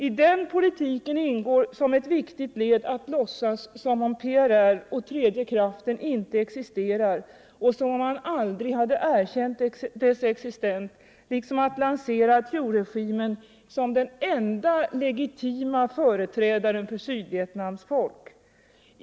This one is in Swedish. I den politiken ingår som ett viktigt led att låtsas som om PRR och tredje kraften inte existerar och som om man aldrig erkänt dess existens, liksom att lansera Thieuregimen som den enda legitima företrädaren för Sydvietnams folk.